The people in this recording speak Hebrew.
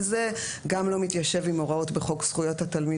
וזה גם לא מתיישב עם ההוראות בחוק זכויות התלמיד